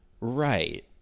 Right